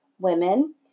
women